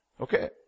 Okay